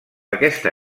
aquesta